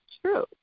true